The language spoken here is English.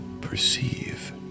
perceive